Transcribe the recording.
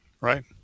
Right